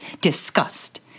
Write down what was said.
disgust